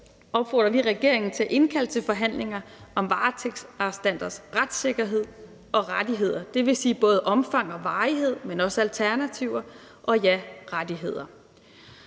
opfordrer vi regeringen til at indkalde til forhandlinger om varetægtsarrestanters retssikkerhed og rettigheder, dvs. både omfang og varighed, men også alternativer – og ja, rettigheder.